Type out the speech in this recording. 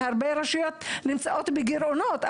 והרבה רשויות נמצאות בגירעונות.